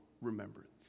remembrance